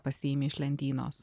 pasiimi iš lentynos